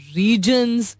regions